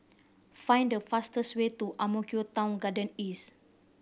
find the fastest way to Ang Mo Kio Town Garden East